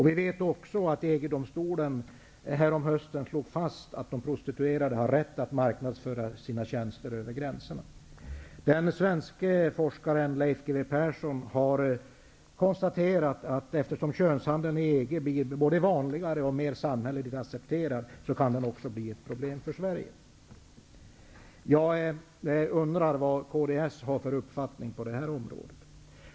Vi vet också att EG-domstolen häromhösten slog fast att de prostituerade har rätt att marknadsföra sina tjänster över gränserna. Den svenska forskaren Leif G.W. Persson har konstaterat att eftersom könshandeln inom EG blir både vanligare och mer samhälligt accepterad, så kan den bli ett problem för Sverige. Jag undrar vad kds har för uppfattning på det här området.